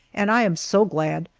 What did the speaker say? and i am so glad,